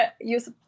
use